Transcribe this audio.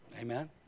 amen